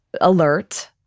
alert